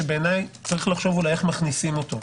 שיש לחשוב איך מכניסים אותו,